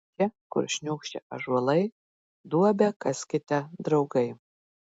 čia kur šniokščia ąžuolai duobę kaskite draugai